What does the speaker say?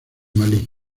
malí